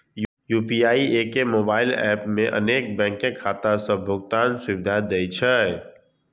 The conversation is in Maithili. यू.पी.आई एके मोबाइल एप मे अनेक बैंकक खाता सं भुगतान सुविधा दै छै